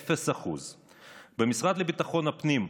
0%; במשרד לביטחון הפנים,